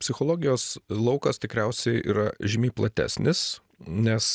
psichologijos laukas tikriausiai yra žymiai platesnis nes